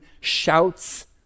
shouts